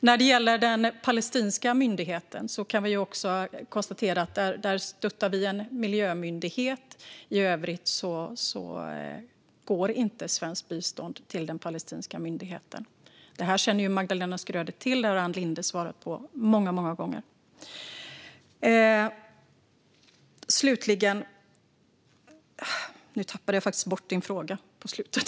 När det gäller den palestinska myndigheten är det en miljömyndighet vi stöttar. I övrigt går inte svenskt bistånd till palestinska myndigheter. Det känner Magdalena Schröder till. Ann Linde har svarat på det många gånger. Jag tappade bort frågan på slutet.